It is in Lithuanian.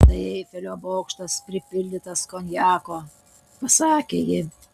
tai eifelio bokštas pripildytas konjako pasakė ji